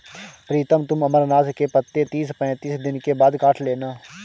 प्रीतम तुम अमरनाथ के पत्ते तीस पैंतीस दिन के बाद काट लेना